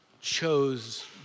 chose